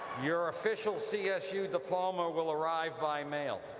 your official csu diploma will arrive by mail,